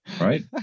Right